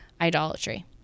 idolatry